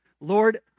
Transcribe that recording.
Lord